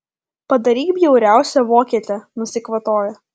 padaryk bjauriausią vokietę nusikvatojo